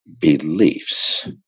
beliefs